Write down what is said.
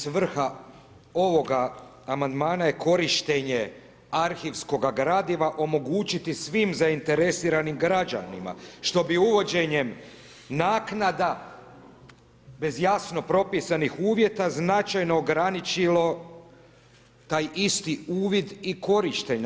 Svrha ovoga amandmana je korištenje arhivskoga gradiva omogućiti svim zainteresiranim građanima, što bi uvođenjem naknada bez jasno propisanih uvjeta značajno ograničilo taj isti uvid i korištenje.